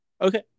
Okay